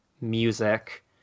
music